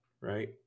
right